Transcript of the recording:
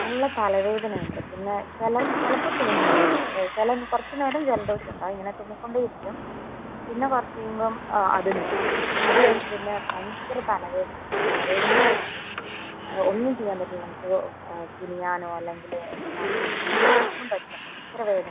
നല്ല തലവേദനയുണ്ട് പിന്നെ ചില ചിലപ്പോൾ തുമ്മും ചില കുറച്ച് നേരം ജലദോഷം ഉണ്ടാവും ഇങ്ങനെ തുമ്മിക്കൊണ്ടേയിരിക്കും പിന്നെ കുറച്ച് കഴിയുമ്പോൾ അത് നിൽക്കും അതുകഴിഞ്ഞിട്ട് പിന്നെ ഭയങ്കര തലവേദനയാണ് തലവേദന എടുത്തിട്ട് ഒന്നും ചെയ്യാൻ പറ്റില്ല നമുക്ക് കുനിയാനോ അല്ലെങ്കിൽ തിരിയാനോ ഒന്നും പറ്റില്ല ഭയങ്കര വേദനയാണ്